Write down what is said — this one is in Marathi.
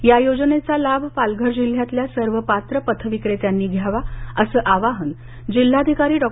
या योजनेचा लाभ पालघर जिल्ह्यातल्या सर्व पात्र पथविक्रेत्यांनी घ्यावा असं आवाहन जिल्हाधिकारी डॉ